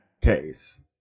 case